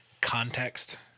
context